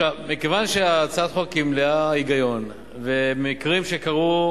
מכיוון שהצעת החוק היא מלאת היגיון ומקרים שקרו,